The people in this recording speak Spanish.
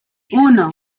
uno